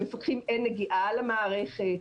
למפקחים אין נגיעה למערכת.